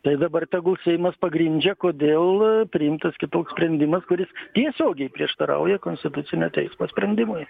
tai dabar tegu seimas pagrindžia kodėl priimtas kitoks sprendimas kuris tiesiogiai prieštarauja konstitucinio teismo sprendimui